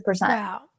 Wow